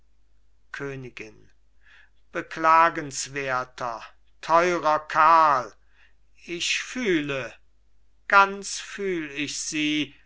königin beklagenswerter teurer karl ich fühle ganz fühl ich sie